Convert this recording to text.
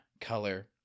color